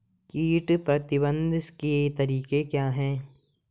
कीट प्रबंधन के तरीके क्या हैं?